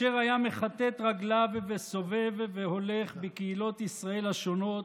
והיה מכתת רגליו וסובב והולך בקהילות ישראל השונות,